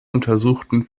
untersuchten